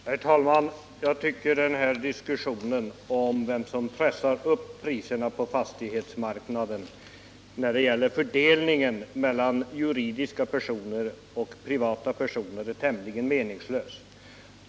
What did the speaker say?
Herr talman! Jag tycker den här diskussionen om vem som pressar upp priserna på fastighetsmarknaden — juridiska personer eller privata personer — är tämligen meningslös.